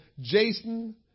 Jason